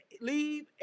leave